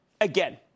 Again